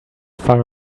far